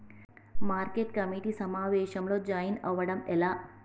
Market committee సమావేశంలో join అవ్వడం ఎలా?